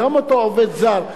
גם אותו עובד זר,